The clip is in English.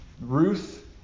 Ruth